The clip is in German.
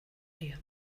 dir